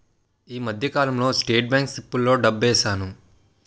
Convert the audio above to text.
ఈ మధ్యకాలంలో state bank సిప్పుల్లో డబ్బేశాను